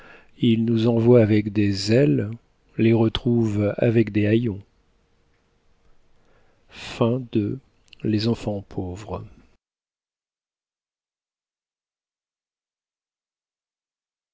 il nous envoie avec des ailes les retrouve avec des haillons